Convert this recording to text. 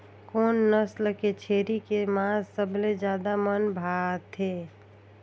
कोन नस्ल के छेरी के मांस सबले ज्यादा मन भाथे?